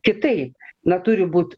kitaip na turi būt